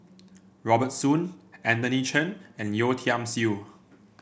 Robert Soon Anthony Chen and Yeo Tiam Siew